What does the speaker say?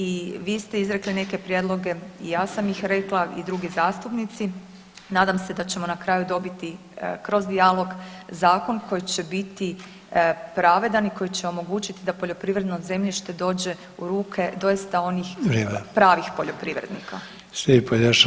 I vi ste izrekli neke prijedloge i ja sam ih rekla i drugi zastupnici, nadam se da ćemo na kraju dobiti kroz dijalog zakon koji će biti pravedan i koji će omogućiti da poljoprivredno zemljište dođe u ruke doista onih [[Upadica: Vreijeme]] pravih poljoprivrednika.